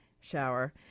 shower